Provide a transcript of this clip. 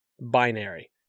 binary